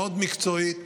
מאוד מקצועית,